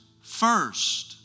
first